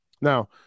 now